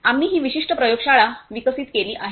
आम्ही ही विशिष्ट प्रयोगशाळा विकसित केली आहे